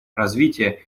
развития